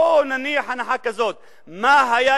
בואו נניח הנחה כזאת, מה היה